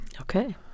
Okay